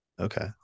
Okay